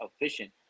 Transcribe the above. efficient